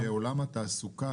אנחנו מבינים שעולם התעסוקה,